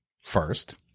first